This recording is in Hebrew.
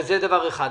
זה דבר אחד.